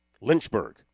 Lynchburg